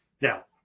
Now